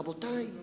רבותי,